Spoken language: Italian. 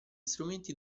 strumenti